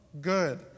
good